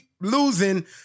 Losing